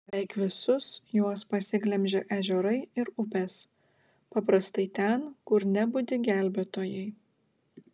beveik visus juos pasiglemžė ežerai ir upės paprastai ten kur nebudi gelbėtojai